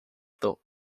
thought